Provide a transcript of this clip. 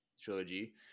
trilogy